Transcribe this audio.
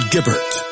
Gibbert